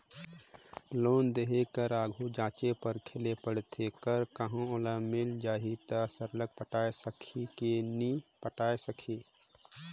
loan देय कर आघु जांचे परखे ले परथे कर कहों ओला मिल जाही ता सरलग पटाए सकही कि नी पटाए सकही